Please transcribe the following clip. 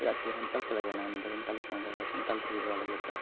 ᱪᱮᱫᱟᱜ ᱥᱮ ᱥᱟᱱᱛᱟᱞ ᱯᱚᱨᱜᱚᱱᱟ ᱫᱚ ᱥᱟᱱᱛᱟᱞ ᱛᱮᱜᱮ ᱨᱚᱲ ᱦᱩᱭᱩᱼᱟ ᱛᱚ